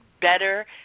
better